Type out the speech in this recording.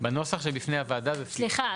בנוסח שלפני הוועדה --- סליחה,